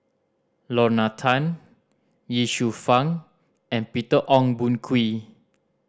Lorna Tan Ye Shufang and Peter Ong Boon Kwee